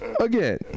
again